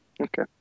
Okay